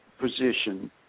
position